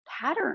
pattern